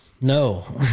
No